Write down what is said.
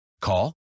call